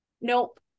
Nope